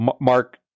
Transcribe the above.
Mark